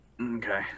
Okay